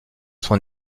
son